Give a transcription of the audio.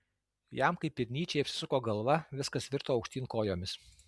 jam kaip ir nyčei apsisuko galva viskas virto aukštyn kojomis